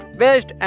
best